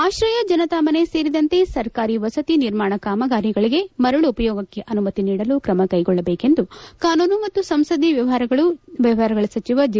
ಆಶ್ರಯ ಜನತಾ ಮನೆ ಸೇರಿದಂತೆ ಸರ್ಕಾರಿ ವಸತಿ ನಿರ್ಮಾಣ ಕಾಮಗಾರಿಗಳಿಗೆ ಮರಳು ಉಪಯೋಗಕ್ಕೆ ಅನುಮತಿ ನೀಡಲು ಕ್ರಮ ಕೈಗೊಳ್ಳಬೇಕೆಂದು ಕಾನೂನು ಮತ್ತು ಸಂಸದೀಯ ವ್ಯವಹಾರಗಳು ಜೆ